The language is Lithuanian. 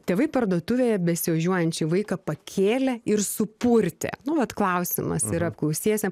tėvai parduotuvėje besižiojančį vaiką pakėlė ir supurtė nu vat klausimas ir apklaustiesiem